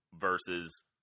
versus